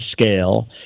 scale